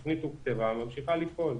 זו תוכנית שתוקצבה וממשיכה לפעול.